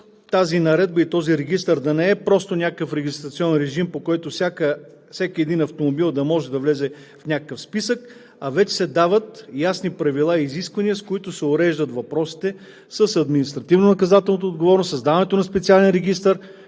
тази наредба и този регистър да не са просто някакъв регистрационен режим, по който всеки автомобил да може да влезе в някакъв списък, а вече се дават ясни правила и изисквания, с които се уреждат въпросите с административнонаказателната отговорност. Създаването на специален регистър,